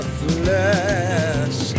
flesh